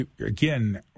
again